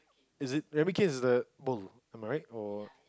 is it ramekins is the mold am I right or